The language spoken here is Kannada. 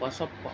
ಬಸಪ್ಪ